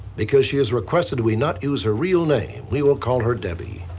because she has requested we not it was her real name, we will call her debbie.